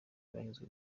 banyuzwe